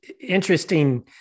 Interesting